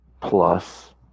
Plus